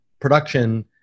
production